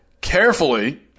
carefully